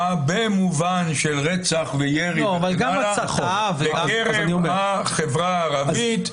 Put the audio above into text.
במובן של רצח וירי וכן הלאה בקרב החברה הערבית.